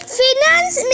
finance